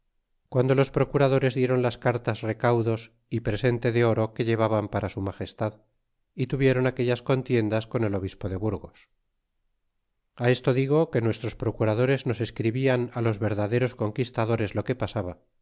guando los procuradores dieron las cartas recaudos y presente de oro que llevaban para su magestad y tuvieron aquellas contiendas con el obispo de burgos a esto digo que nuestros procuradores nos escribían a los verdaderos conquistadoreslo que pasaba